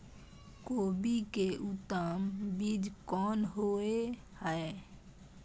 कोबी के उत्तम बीज कोन होय है?